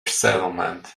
settlement